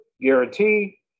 guarantee